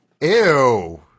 Ew